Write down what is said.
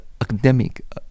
academic